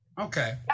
Okay